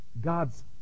God's